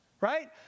right